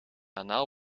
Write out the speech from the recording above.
anaal